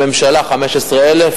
הממשלה 15,000,